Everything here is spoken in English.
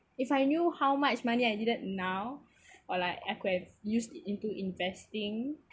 I knew how much money I needed now or like I could've use into investing